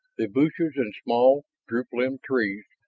the bushes and small, droop-limbed trees,